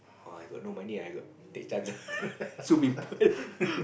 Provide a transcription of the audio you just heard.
or I got no money I got take chance ah sue people